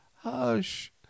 Hush